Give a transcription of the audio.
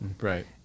right